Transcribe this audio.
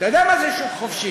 אתה יודע מה זה שוק חופשי?